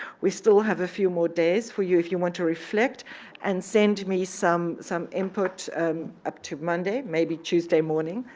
we still have a few more days for you if you want to reflect and send me some some input up to monday, maybe tuesday morning,